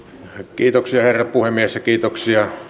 kiitoksia herra puhemies ja kiitoksia